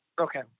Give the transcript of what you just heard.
Okay